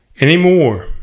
anymore